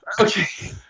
Okay